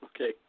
Okay